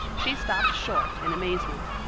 she stopped short in amazement.